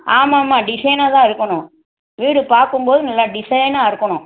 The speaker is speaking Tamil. ஆமாம் ஆமாம் டிசைனா தான் இருக்கணும் வீடு பார்க்கும் போது நல்லா டிசைனாக இருக்கணும்